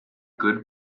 good